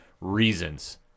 reasons